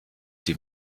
die